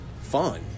fun